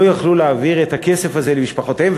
לא יוכלו להעביר את הכסף הזה למשפחותיהם,